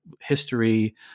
history